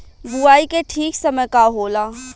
बुआई के ठीक समय का होला?